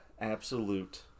Absolute